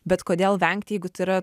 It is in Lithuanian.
bet kodėl vengti jeigu tai yra